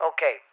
Okay